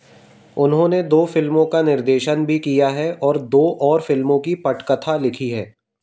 उन्होंने दो फिल्मों का निर्देशन भी किया है और दो और फिल्मों की पटकथा लिखी है